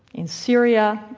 in syria,